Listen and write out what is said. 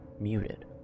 muted